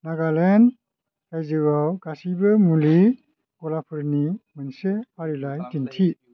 नागालेण्ड रायजोआव गासैबो मुलि गलाफोरनि मोनसे फारिलाइ दिन्थि